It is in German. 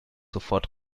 sofort